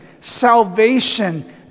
salvation